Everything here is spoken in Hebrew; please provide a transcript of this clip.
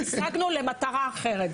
והוא משאיר את החוק קוהרנטי.